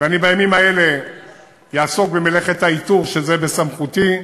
ובימים אלה אעסוק במלאכת האיתור, שזה סמכותי,